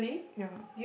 ya